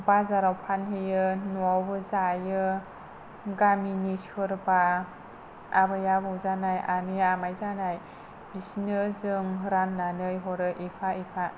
बाजाराव फानहैयो न'वावबो जायो गामिनि सोरबा आबै आबौ जानाय आमाय आनै जानाय बिसोरनो जों राननानै हरो एफा एफा